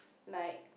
like